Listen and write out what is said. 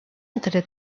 entre